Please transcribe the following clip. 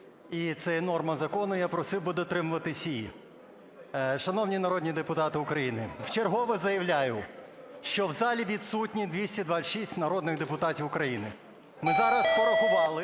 і це є норма закону. Я просив би дотримуватися її. Шановні народні депутати України в чергове заявляю, що в залі відсутні 226 народних депутатів України. Ми зараз порахували,